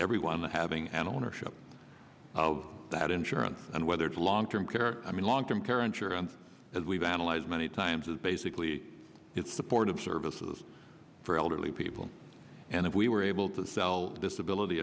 everyone having an ownership that insurance and whether it's a long term care i mean long term care insurance as we've analyzed many times is basically it's the port of services for elderly people and if we were able to sell disability